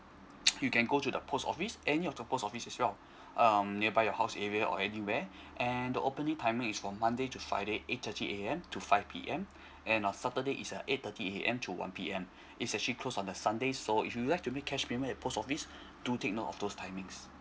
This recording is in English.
you can go to the post office any of the post office as well um nearby your house area or anywhere and the opening timing is from monday to friday eight thirty A_M to five P_M and uh saturday is a eight thirty A_M to one P_M it's actually closed on the sunday so if you like to make cash payment at post office do take note of those timings